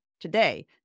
Today